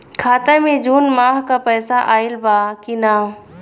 खाता मे जून माह क पैसा आईल बा की ना?